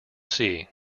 sea